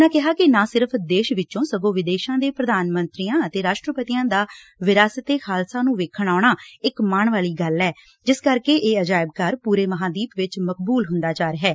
ਉਨ੍ਹਾਂ ਕਿਹਾ ਕਿ ਨਾ ਸਿਰਫ ਦੇਸ਼ ਵਿੱਚੋਂ ਸਗੋਂ ਵਿਦੇਸ਼ਾਂ ਦੇ ਪ੍ਰਧਾਨ ਮੰਤਰੀਆਂ ਅਤੇ ਰਾਸ਼ਟਰਪਤੀਆਂ ਦਾ ਵਿਰਾਸਤ ਏ ਖਾਲਸਾ ਨੂੰ ਵੇਖਣ ਆਉਣਾ ਇੱਕ ਮਾਣ ਵਾਲੀ ਗੱਲ ਐ ਜਿਸ ਕਰਕੇ ਇਹ ਅਜਾਇਬ ਘਰ ਪੂਰੇ ਮਹਾਦੀਪ ਵਿੱਚ ਮਕਬੂਲ ਹੁੰਦਾ ਜਾ ਰਿਹੈ